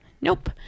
Nope